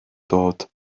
dod